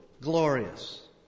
glorious